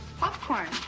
Popcorn